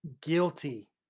guilty